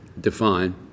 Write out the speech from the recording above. define